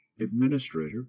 administrator